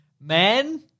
man